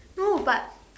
no but